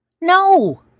No